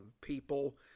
people